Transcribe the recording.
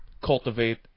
cultivate